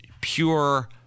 pure